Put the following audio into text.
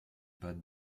pas